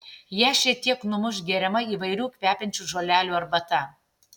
ją šiek tiek numuš geriama įvairių kvepiančių žolelių arbata